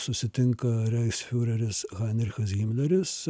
susitinka reichsfiureris hanichas himleris